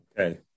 Okay